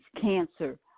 cancer